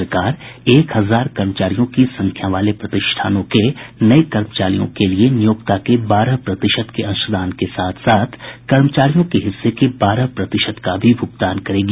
सरकार एक हजार कर्मचारियों की संख्या वाले प्रतिष्ठानों के नए कर्मचारियों के लिए नियोक्ता के बारह प्रतिशत के अंशदान के साथ साथ कर्मचारियों के हिस्से के बारह प्रतिशत का भी भूगतान करेगी